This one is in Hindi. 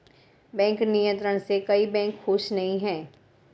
बैंक नियंत्रण से कई बैंक खुश नही हैं